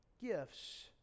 gifts